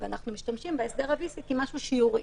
ואנחנו משתמשים בהסדר ה VC כמשהו שיורי.